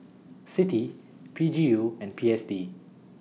CITI P G U and P S D